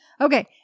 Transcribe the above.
Okay